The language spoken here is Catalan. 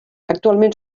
actualment